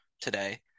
today